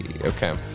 Okay